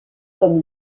comme